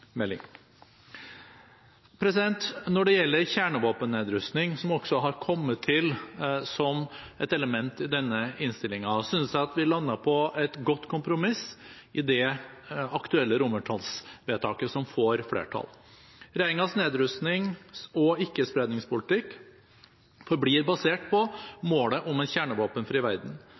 Når det gjelder kjernevåpennedrustning, som også har kommet til som et element i denne innstillingen, synes jeg at vi lander på et godt kompromiss i det aktuelle romertallsvedtaket som får flertall. Regjeringens nedrustnings- og ikkespredningspolitikk forblir basert på målet om en kjernevåpenfri verden.